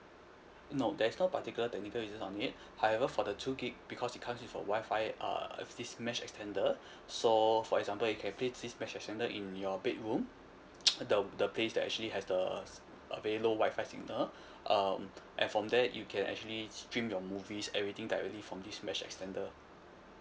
no there is no particular technical reason on it however for the two gig because it comes with a WI-FI uh this mesh extender so for example you can place this mesh extender in your bedroom the the place that actually has the uh very low WI-FI signal um and from there you can actually stream your movies everything directly from this mesh extender